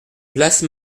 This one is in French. place